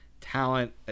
talent